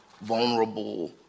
vulnerable